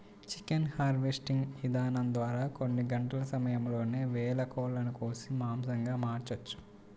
chicken harvesting ఇదానం ద్వారా కొన్ని గంటల సమయంలోనే వేల కోళ్ళను కోసి మాంసంగా మార్చొచ్చు